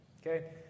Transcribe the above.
Okay